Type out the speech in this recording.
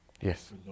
Yes